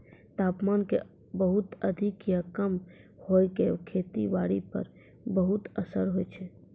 तापमान के बहुत अधिक या कम होय के खेती बारी पर बहुत असर होय छै